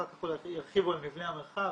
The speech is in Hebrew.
אחר כך ירחיבו על מבנה המרחב.